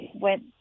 went